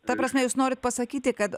ta prasme jūs norit pasakyti kad